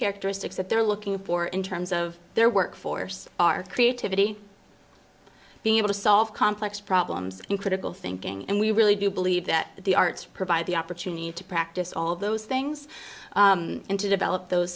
characteristics that they're looking for in terms of their workforce are creativity being able to solve complex problems in critical thinking and we really do believe that the arts provide the opportunity to practice all of those things and to develop those